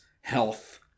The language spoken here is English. health